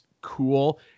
cool